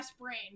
brain